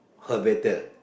her better